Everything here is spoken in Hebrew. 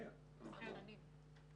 שלום לכולם.